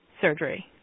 surgery